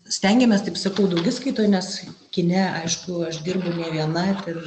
stengiamės taip sakau daugiskaitoj nes kine aišku aš dirbu ne viena ten